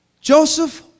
Joseph